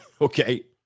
Okay